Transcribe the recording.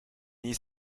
nient